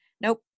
nope